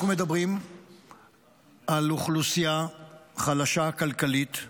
אנחנו מדברים על אוכלוסייה חלשה כלכלית,